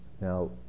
now